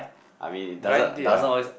I mean it doesn't doesn't always